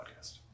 podcast